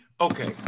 Okay